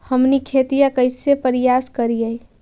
हमनी खेतीया कइसे परियास करियय?